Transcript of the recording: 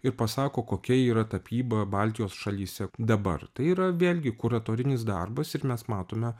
ir pasako kokia yra tapyba baltijos šalyse dabar tai yra vėlgi kuratorinis darbas ir mes matome